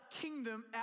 kingdom